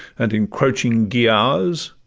and encroaching giaours,